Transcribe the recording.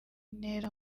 ntera